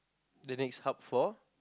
the next hub for